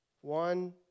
one